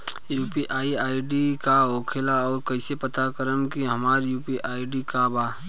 UPI ID का होखेला और कईसे पता करम की हमार यू.पी.आई आई.डी का बा?